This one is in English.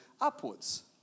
upwards